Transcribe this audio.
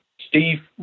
Steve